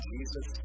Jesus